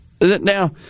now